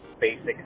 basic